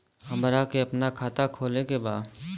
हमरा के अपना खाता खोले के बा?